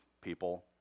people